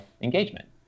engagement